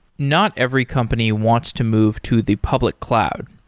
not every company wants to move to the public cloud.